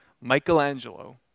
Michelangelo